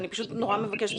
אני פשוט נורא מבקשת,